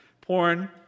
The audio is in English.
Porn